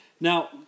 Now